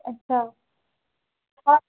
अच्छा हा